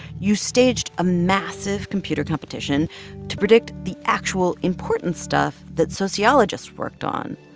you staged a massive computer competition to predict the actual important stuff that sociologists worked on,